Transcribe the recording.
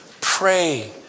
pray